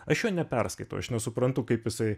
aš jo neperskaitau aš nesuprantu kaip jisai